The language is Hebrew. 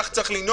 כך צריך לנהוג.